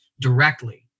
directly